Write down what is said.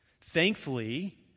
Thankfully